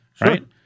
Right